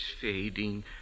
fading